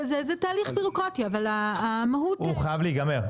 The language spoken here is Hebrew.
זה תהליך ביורוקרטי אבל המהות --- הוא חייב להיגמר.